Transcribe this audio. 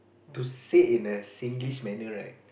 to say in a Singlish manner right